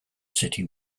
city